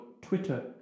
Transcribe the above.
Twitter